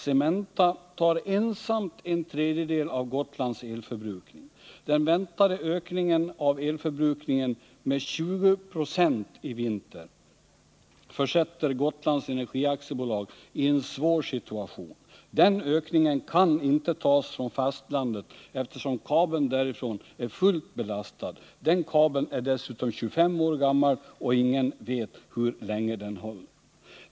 Cementa tar ensamt en tredjedel av Gotlands elförbrukning. Den väntade ökningen av elförbrukningen med 20 96 i vinter försätter Gotlands Energi AB i en svår situation. Den ökningen kan inte tas från fastlandet, eftersom kabeln därifrån är fullt belastad. Den kabeln är dessutom 25 år gammal, och ingen vet hur länge den håller.